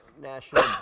National